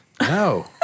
No